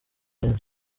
henshi